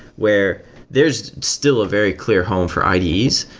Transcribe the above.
where there's still a very clear home for ides.